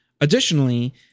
Additionally